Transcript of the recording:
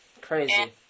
crazy